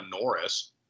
Norris